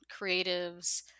creatives